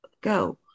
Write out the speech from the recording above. go